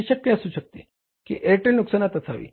हे शक्य असू शकते की एअरटेल नुकसानात असावी